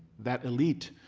that elite